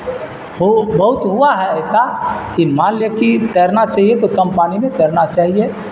ہو بہت ہوا ہے ایسا کی مان لیا کی تیرنا چاہیے تو کم پانی میں تیرنا چاہیے